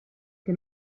che